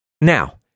Now